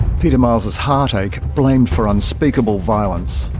peter miles's heartache blamed for unspeakable violence.